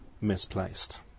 misplaced